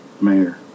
mayor